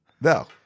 No